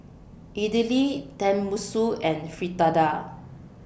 Idili Tenmusu and Fritada